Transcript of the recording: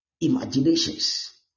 Imaginations